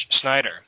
Schneider